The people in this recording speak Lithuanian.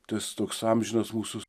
tas toks amžinas mūsų